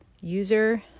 user